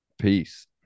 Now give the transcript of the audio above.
Peace